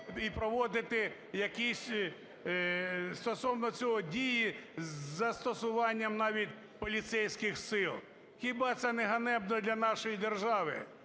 і проводити якісь, стосовно цього, дії з застосуванням навіть поліцейських сил. Хіба це не ганебно для нашої держави?